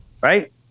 right